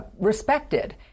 respected